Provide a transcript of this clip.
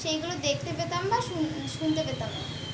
সেইগুলো দেখতে পেতাম বা শুন শুনতে পেতাম